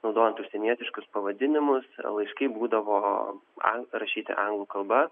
naudojant užsienietiškus pavadinimus laiškai būdavo an parašyti anglų kalba